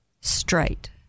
straight